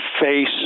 face